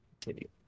Continue